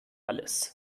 alles